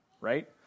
right